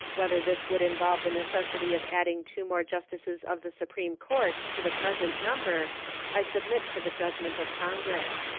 whether this would involve the necessity of adding two more justices of the supreme court to the present number i submit to the judgment of congress.